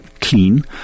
clean